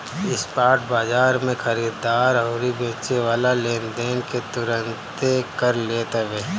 spot बाजार में खरीददार अउरी बेचेवाला लेनदेन के तुरंते कर लेत हवे